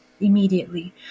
Immediately